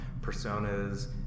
personas